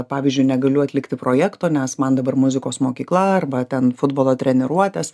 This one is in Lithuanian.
pavyzdžiui negaliu atlikti projekto nes man dabar muzikos mokykla arba ten futbolo treniruotės